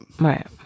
Right